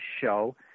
show